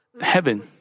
heaven